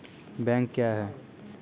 Bank क्या हैं?